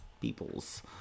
peoples